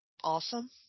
Awesome